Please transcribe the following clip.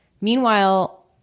Meanwhile